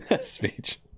speech